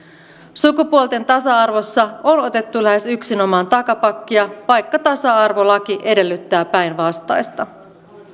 sukupuolten tasa arvossa on otettu lähes yksinomaan takapakkia vaikka tasa arvolaki edellyttää päinvastaista